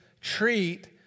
treat